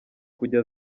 kujya